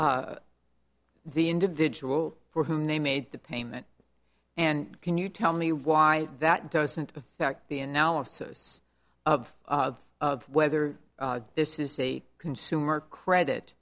the individual for whom they made the payment and can you tell me why that doesn't affect the analysis of whether this is a consumer credit